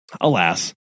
alas